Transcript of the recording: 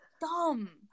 Dumb